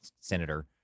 senator